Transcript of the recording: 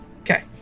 Okay